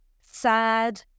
Sad